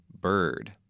Bird